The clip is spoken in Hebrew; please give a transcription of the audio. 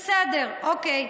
בסדר, אוקיי.